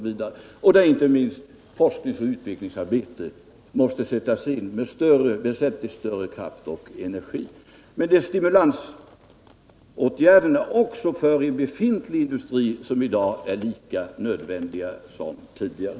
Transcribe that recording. Inte minst forskningsoch utvecklingsarbete måste där sättas in med väsentligt större kraft och energi än nu. Men stimulansåtgärderna också för befintlig industri är lika nödvändiga som tidigare.